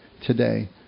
today